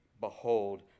behold